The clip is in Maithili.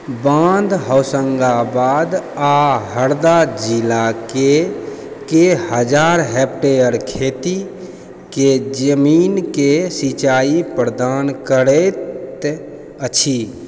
बाँध होशङ्गाबाद आओर हरदा जिलाके कतेक हजार हेक्टेयर खेतीके जमीनके सिंचाई प्रदान करैत अछि